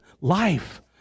life